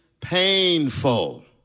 painful